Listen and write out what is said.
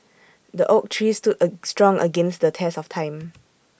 the oak tree stood A strong against the test of time